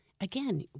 Again